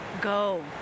Go